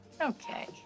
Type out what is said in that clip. Okay